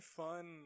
fun